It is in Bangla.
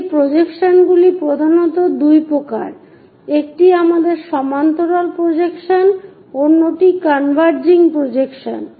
এই প্রজেকশনগুলি প্রধানত দুই প্রকার একটি আমাদের সমান্তরাল প্রজেকশন অন্যটি কনভারজিং প্রজেকশন